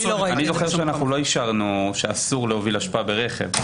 אני זוכר שאנחנו לא אישרנו איסור להוביל אשפה ברכב.